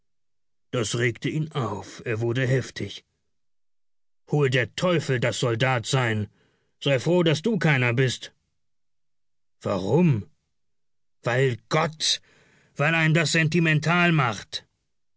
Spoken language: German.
das regte ihn auf er wurde heftig hol der teufel das soldatsein sei froh daß du keiner bist warum weil gott weil einen das sentimental macht